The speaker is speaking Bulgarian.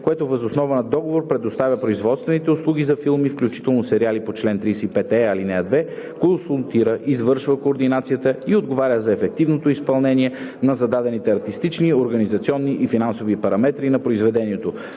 което въз основа на договор предоставя производствени услуги за филми, включително сериали, по чл. 35е, ал. 2, консултира, извършва координация и отговаря за ефективното изпълнение на зададените артистични, организационни и финансови параметри на произведението.